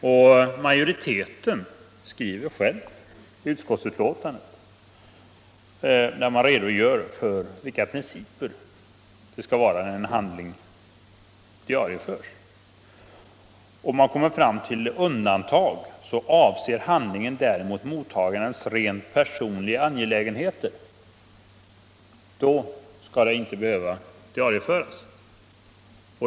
När utskottsmajoriteten i betänkandet redogör för vilka principer som skall gälla för att en handling skall diarieföras och kommer fram till undantagen skriver man: ”Avser handlingen däremot mottagarens rent personliga angelägenheter —---”, då skall den inte behöva diarieföras.